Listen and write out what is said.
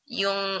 yung